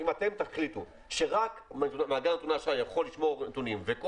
אם אתם תחליטו שרק מאגר נתוני אשראי יכול לשמור נתונים וכל